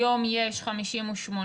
היום יש 58,000,